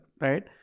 right